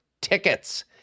tickets